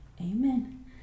Amen